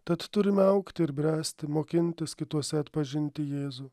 tad turime augti ir bręsti mokintis kituose atpažinti jėzų